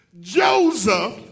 Joseph